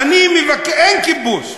נכון, כי אין כיבוש.